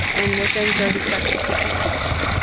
and within thirty seconds, he came back